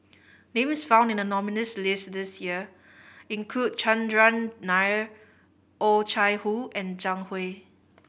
names found in the nominees' list this year include Chandran Nair Oh Chai Hoo and Zhang Hui